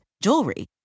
jewelry